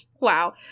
wow